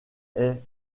est